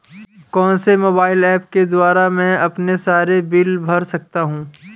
कौनसे mobile apps के द्वारा मैं अपने सारे बिल भर सकता हूं?